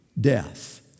death